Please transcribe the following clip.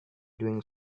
doing